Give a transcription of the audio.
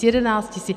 11 tisíc?